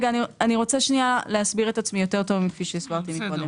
אני רוצה להסביר את עצמי טוב מכפי שהסברתי קודם.